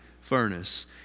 furnace